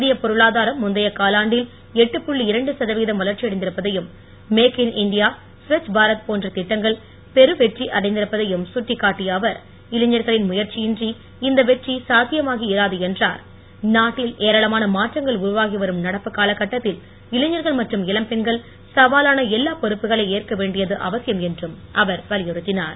இந்திய பொருளாதாரம் வளர்ச்சியடைந்திருப்பதையும் make in India Swachh Bharat போன்ற திட்டங்கள் பெரு வெற்றி அடைந்திருப்பதையும் கட்டிக்காட்டிய அவர் இனைஞர்களின் முயற்சியின்றி இந்த வெற்றி சாத்தியமாகி இராது என்றும் நாட்டில் ஏராளமான மாற்றங்கள் உருவாகி வரும் நடப்பு காலகட்டத்தில் இளைஞர்கள் மற்றும் இளம் பெண்கள் சவாலான எல்லாப் பொறுப்புகளை ஏற்க வேண்டியது அவசியம் என்றும் அவர் வலியுறுத்தினார்